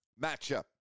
matchup